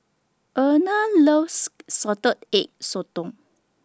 Erna loves Salted Egg Sotong